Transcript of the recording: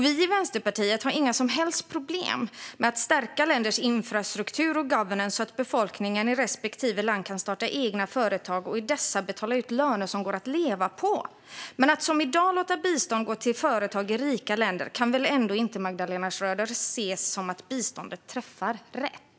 Vi i Vänsterpartiet har inga som helst problem med att stärka länders infrastruktur och governance så att befolkningen i respektive land kan starta egna företag och i dessa betala ut löner som går att leva på. Men att som i dag låta bistånd gå till företag i rika länder kan väl ändå inte Magdalena Schröder se som att biståndet träffar rätt.